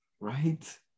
right